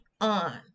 on